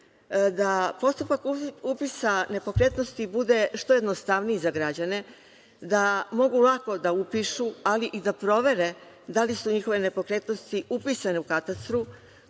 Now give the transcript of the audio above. da postupak upisa nepokretnosti bude što jednostavniji za građane, da mogu lako da upišu, ali i da provere da li su njihove nepokretnosti upisane u katastru.